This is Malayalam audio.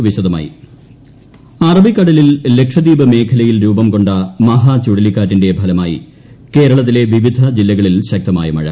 മഹ ചുഴലിക്കാറ്റ് മഴ അറബിക്കടലിൽ ലക്ഷദ്വീപ് മേഖലയിൽ രൂപം കൊണ്ട മഹ ചുഴലിക്കാറ്റിന്റെ ഫലമായി കേരളത്തിലെ വിവിധ ജില്ലകളിൽ ശക്തമായ മഴ